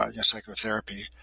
psychotherapy